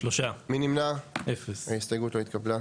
3 נמנעים, 0 ההסתייגות לא התקבלה.